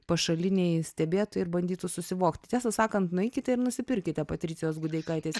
pašaliniai stebėtojai ir bandytų susivokti tiesą sakant nueikite ir nusipirkite patricijos gudeikaitės